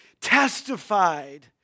testified